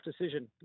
decision